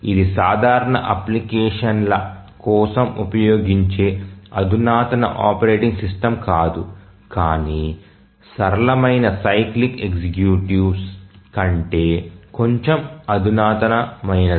ఇది సాధారణ అప్లికేషన్ ల కోసం ఉపయోగించే అధునాతన ఆపరేటింగ్ సిస్టమ్ కాదు కానీ సరళమైన సైక్లిక్ ఎగ్జిక్యూటివ్స్ కంటే కొంచెం అధునాతనమైనది